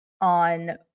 on